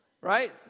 Right